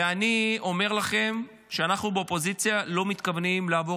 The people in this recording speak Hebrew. ואני אומר לכם שאנחנו באופוזיציה לא מתכוונים לעבור